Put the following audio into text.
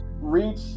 reach